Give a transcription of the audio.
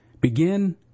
begin